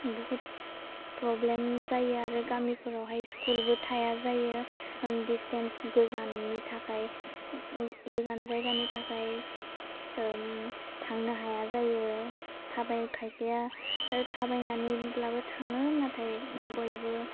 बुहुत प्रब्लेम जायो आरो गामिफोरावहाय स्कुलबो थाया जायो डिस्टेनस गोजाननि थाखाय ओम गोजान जायगानि थाखाय ओम थांनो हाया जायो थाबाय खायसेया ओह थाबायनानैब्लाबो थाङो नाथाय बयबो